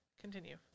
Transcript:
continue